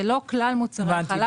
זה לא כלל מוצרי החלב.